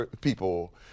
people